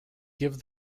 give